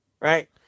right